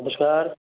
नमस्कार